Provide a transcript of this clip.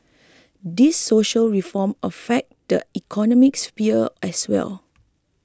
these social reform affect the economic sphere as well